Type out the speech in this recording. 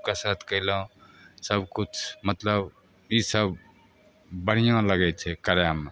कसरत कैलहुॅं सब किछु मतलब ईसब बढ़िऑं लगै छै करयमे